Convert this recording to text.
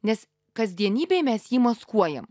nes kasdienybėj mes jį maskuojam